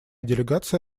делегация